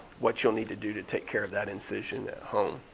what you'll need to do to take care of that incision at home.